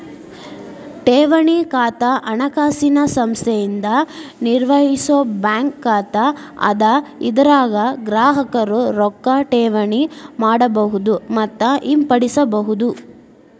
ಠೇವಣಿ ಖಾತಾ ಹಣಕಾಸಿನ ಸಂಸ್ಥೆಯಿಂದ ನಿರ್ವಹಿಸೋ ಬ್ಯಾಂಕ್ ಖಾತಾ ಅದ ಇದರಾಗ ಗ್ರಾಹಕರು ರೊಕ್ಕಾ ಠೇವಣಿ ಮಾಡಬಹುದು ಮತ್ತ ಹಿಂಪಡಿಬಹುದು